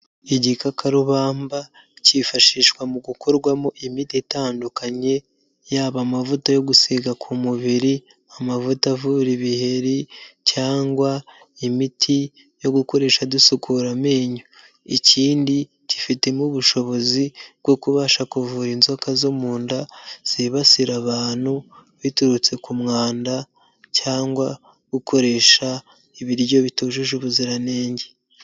Igikakarubamba cyifashishwa mu gukorwamo imiti itandukanye, yaba amavuta yo gusiga ku mubiri, amavuta avura ibiheri cyangwa imiti yo gukoresha dusukura amenyo, ikindi gifite n'ubushobozi bwo kubasha kuvura inzoka zo mu nda zibasira abantu biturutse ku mwanda cyangwa gukoresha ibiryo bitujuje ubuziranenge.